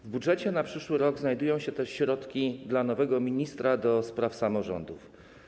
W budżecie na przyszły rok znajdują się też środki dla nowego ministra do spraw samorządów.